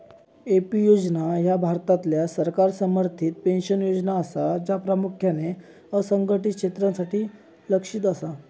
AP योजना ह्या भारतातल्या सरकार समर्थित पेन्शन योजना असा, ज्या प्रामुख्यान असंघटित क्षेत्रासाठी लक्ष्यित असा